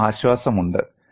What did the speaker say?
ഒരു ആശ്വാസമുണ്ട്